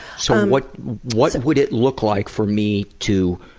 so and what what would it look like for me to